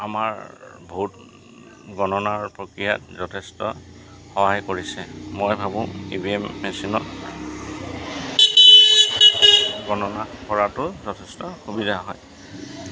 আমাৰ ভোট গণনাৰ প্ৰক্ৰিয়াত যথেষ্ট সহায় কৰিছে মই ভাবোঁ ই ভি এম মেচিনত গণনা কৰাটো যথেষ্ট সুবিধা হয়